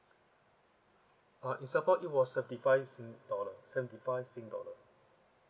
uh in singapore it was seventy five singapore dollar seventy five singapore dollar